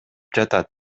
жатат